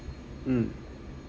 mm